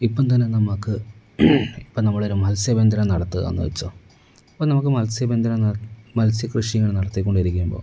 ഇപ്പം തന്നെ നമുക്ക് ഇപ്പോൾ നമ്മൾ ഒരു മത്സ്യബന്ധനം നടത്തുകയാണെന്ന് വെച്ചോ ഇപ്പോൾ നമുക്ക് മത്സ്യബന്ധനം മത്സ്യകൃഷി ഇങ്ങനെ നടത്തിക്കൊണ്ടിരിക്കുമ്പോൾ